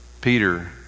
Peter